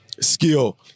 skill